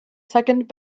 second